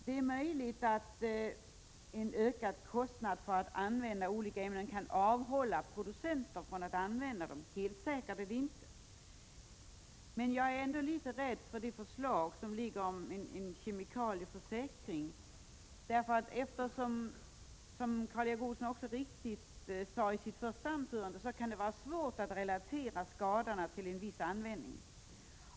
Det är möjligt att en ökad kostnad för att använda olika ämnen kan avhålla producenten från att använda dem, men helt säkert är det inte. Jag är ändå litet rädd för det förslag som föreligger om en kemikalieförsäkring. Som Karl Erik Olsson också helt riktigt sade i sitt första anförande, kan det ju vara svårt att relatera skadorna till en viss användning.